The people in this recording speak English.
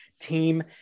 team